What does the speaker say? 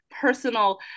personal